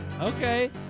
Okay